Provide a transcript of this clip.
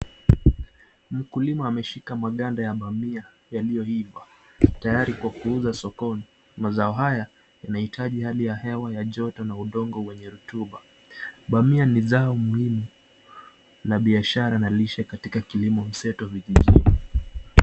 Mkulima ameshika maganda ya bamia yaliyo iva, tayari kwa kuuza sokoni . Mazao hayo inahitaji, hali ya hewa ya jota no udingo wenye rutuba. Bamia ni zao muhimu na biashara na lishe katika kilimo mseto vijijini.